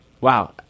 wow